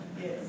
yes